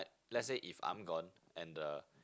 let's say if I'm gone and the